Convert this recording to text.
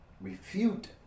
Refute